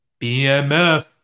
BMF